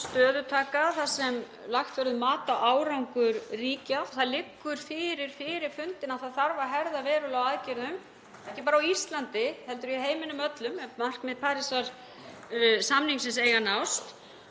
stöðutaka þar sem lagt verði mat á árangur ríkja. Það liggur fyrir fyrir fundinn að það þarf að herða verulega á aðgerðum, ekki bara á Íslandi heldur í heiminum öllum ef markmið Parísarsamningsins eiga að